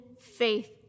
faith